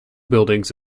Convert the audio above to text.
buildings